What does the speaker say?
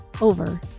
Over